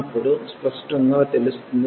ఉన్నప్పుడు స్పష్టంగా తెలుస్తుంది